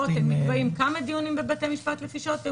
נקבעים כמה דיונים בבתי משפט לפי שעות.